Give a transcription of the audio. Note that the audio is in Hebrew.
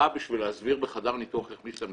בא בשביל להסביר בחדר ניתוח איך משתמשים בו.